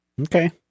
Okay